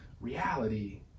reality